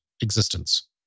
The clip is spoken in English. existence